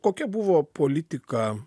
kokia buvo politika